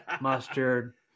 mustard